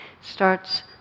Starts